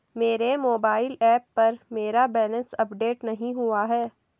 मेरे mobile app पर मेरा बैलेंस अपडेट नहीं हुआ है